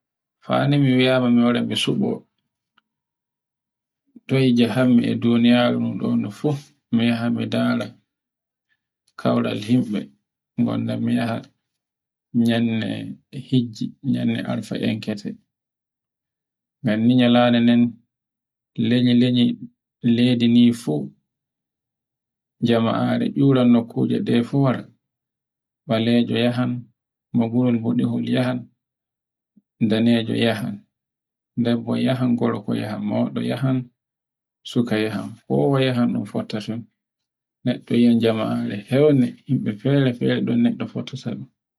Fani mi mi yaha mi wara ba mi subo, toy njahanmi e duniyaaru ndu fu, mi yaha mi ndara kaural yimɓe, gonna mi yaha nyanne hijji, yande arfa'en. Ngannye nyalande nden lenye-lenye leydi ndi fu jama'are ncira nokkure fuwar, ɓalaje yaham, mbodiyen beodewol yaham, danajo yaha, debbo yaha, gorko yaha, mongo yaha suka yaha, kowa yaha un fotta ton. neɗɗo yia jama'are fewnde, yimɓe fere-fere un neɗɗo fota